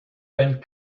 rent